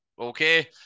okay